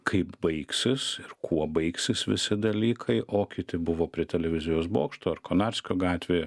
kaip baigsis ir kuo baigsis visi dalykai o kiti buvo prie televizijos bokšto ar konarskio gatvėje